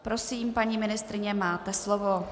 Prosím, paní ministryně, máte slovo.